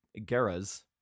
geras